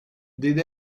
did